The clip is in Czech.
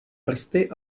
prsty